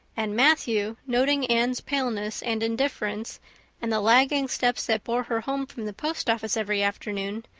and matthew, noting anne's paleness and indifference and the lagging steps that bore her home from the post office every afternoon,